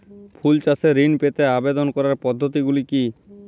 ফুল চাষে ঋণ পেতে আবেদন করার পদ্ধতিগুলি কী?